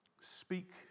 Speak